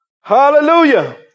Hallelujah